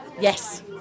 yes